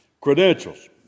credentials